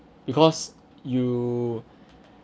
because you